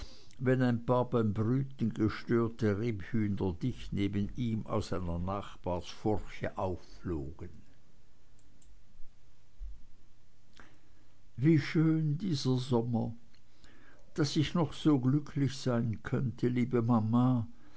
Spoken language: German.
wenn ein paar beim brüten gestörte rebhühner dicht neben ihm aus einer nachbarfurche aufflogen wie schön dieser sommer daß ich noch so glücklich sein könnte liebe mama